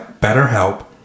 BetterHelp